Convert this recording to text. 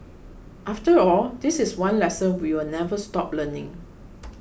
after all this is one lesson we will never stop learning